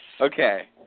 Okay